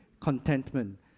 contentment